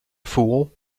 fool